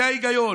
זה ההיגיון.